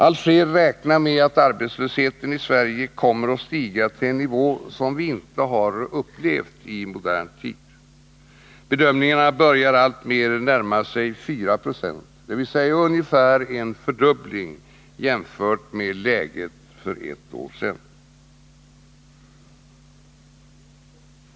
Allt fler räknar med att arbetslösheten i Sverige kommer att stiga till en nivå som inte har upplevts i modern tid. Bedömningarna börjar alltmer närma sig 4 20, dvs. ungefär en fördubbling jämfört med läget för ett år sedan.